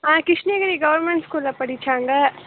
ஆ Krishnagiri government ஸ்கூலில் படிச்சாங்க